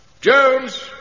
Jones